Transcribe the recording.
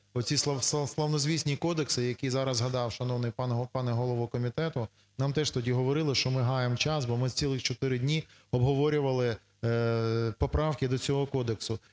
оці славнозвісні кодекси, які зараз згадав шановний пан голова комітету. Нам теж тоді говорили, що ми гаємо час, бо ми цілих чотири дні обговорювали поправки до цього кодексу.